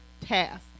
task